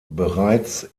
bereits